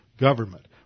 government